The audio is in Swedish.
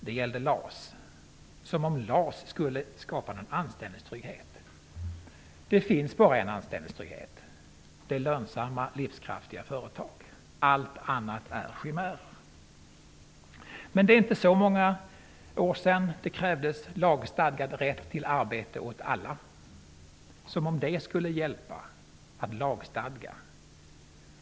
Det gällde LAS -- som om LAS skulle skapa anställningstrygghet. Det finns bara en anställningstrygghet. Det är lönsamma, livskraftiga företag. Allt annat är chimärer. Det är inte så många år sedan det framfördes krav på lagstadgad rätt till arbete åt alla som om det skulle hjälpa att lagstadga.